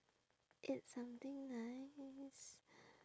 eat something nice